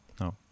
no